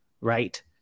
right